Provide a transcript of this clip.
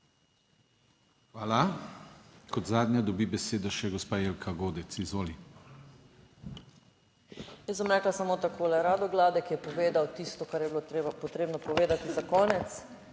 Hvala. Kot zadnja dobi besedo še gospa Jelka Godec, izvoli. JELKA GODEC (PS SDS): Jaz bom rekla samo takole. Rado Gladek je povedal tisto, kar je bilo potrebno povedati za konec.